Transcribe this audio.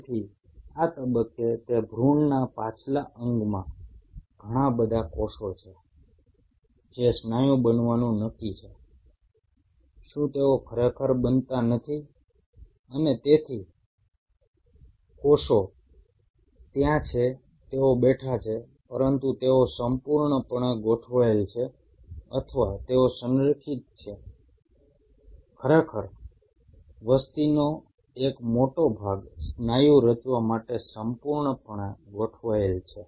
તેથી આ તબક્કે તે ભૃણ ના પાછલા અંગમાં ઘણા બધા કોષો છે જે સ્નાયુ બનવાનું નક્કી છે શું તેઓ ખરેખર બનતા નથી અને તેથી કોષો ત્યાં છે તેઓ બેઠા છે પરંતુ તેઓ સંપૂર્ણપણે ગોઠવાયેલા છે અથવા તેઓ સંરેખિત છે ખરેખર વસ્તીનો એક મોટો ભાગ સ્નાયુ રચવા માટે સંપૂર્ણપણે ગોઠવાયેલ છે